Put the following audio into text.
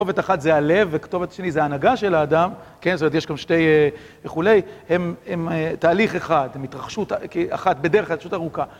כתובת אחת זה הלב וכתובת שני זה ההנהגה של האדם, כן? זאת אומרת יש כאן שתי וכולי, הם תהליך אחד, מהתרחשות אחת בדרך כלל התרחשות ארוכה.